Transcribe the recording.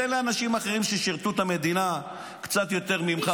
תן לאנשים אחרים ששירתו את המדינה קצת יותר ממך,